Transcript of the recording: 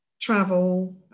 travel